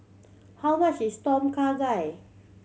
how much is Tom Kha Gai